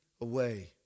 away